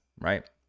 right